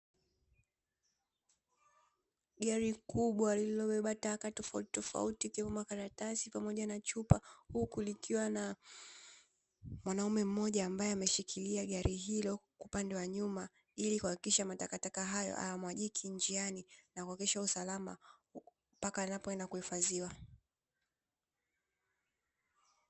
Gari kubwa lililobeba taka tofautitofauti ikiwemo makaratasi pamoja na chupa, huku likiwa na mwanaume mmoja ambaye ameshikilia gari hilo upande wa nyuma ili kuhakikisha matakataka hayo hayamwagiki njiani na kuhakikisha usalama mpaka yanapoenda kuhifadhiwa.